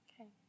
Okay